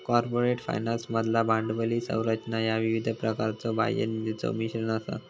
corporate फायनान्समधला भांडवली संरचना ह्या विविध प्रकारच्यो बाह्य निधीचो मिश्रण असा